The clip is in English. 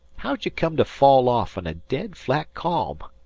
how'd you come to fall off in a dead flat ca'am?